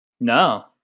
No